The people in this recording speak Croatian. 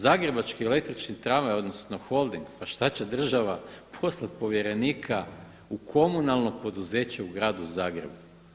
Zagrebački električki tramvaj odnosno Holding, pa šta će država poslati povjerenika u komunalno poduzeće u gradu Zagrebu?